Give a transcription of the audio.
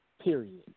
period